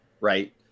right